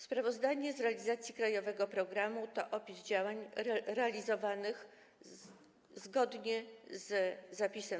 Sprawozdanie z realizacji krajowego programu to opis działań realizowanych zgodnie z tym zapisem.